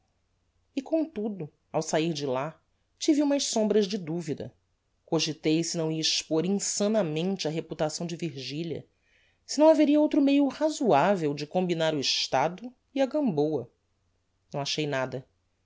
e comtudo ao sair de lá tive umas sombras de duvida cogitei se não ia expor insanamente a reputação de virgilia se não haveria outro meio razoavel de combinar o estado e a gamboa não achei nada